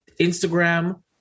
Instagram